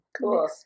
Cool